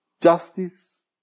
Justice